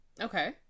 okay